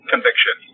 conviction